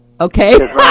Okay